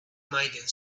maiden